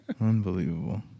Unbelievable